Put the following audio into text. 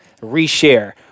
reshare